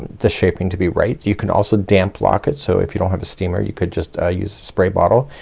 the shaping to be right. you can also damp block it. so if you don't have a steamer you could just ah use a spray bottle.